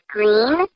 Green